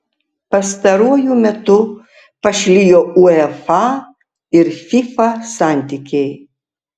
pastaruoju metu pašlijo uefa ir fifa santykiai